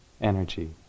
energy